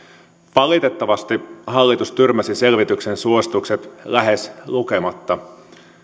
valitettavasti hallitus tyrmäsi selvityksen suositukset lähes lukematta